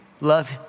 love